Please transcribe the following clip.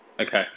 Okay